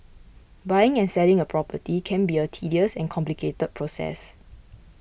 buying and selling a property can be a tedious and complicated process